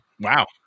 Wow